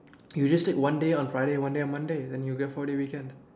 you just take one day on Friday and one day on Monday then you get four day weekend